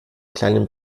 kleinen